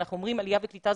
כשאנחנו אומרים עלייה וקליטה,